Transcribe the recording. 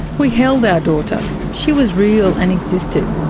we held our daughter. she was real and existed.